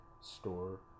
store